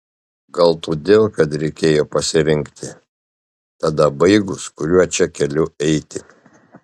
gal todėl kad reikėjo pasirinkti tada baigus kuriuo čia keliu eiti